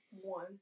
one